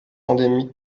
endémique